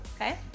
Okay